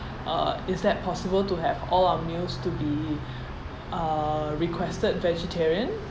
uh is that possible to have all our meals to be(uh) requested vegetarian